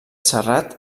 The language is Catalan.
serrat